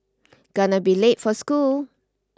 gonna be late for school